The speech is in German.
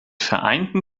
vereinten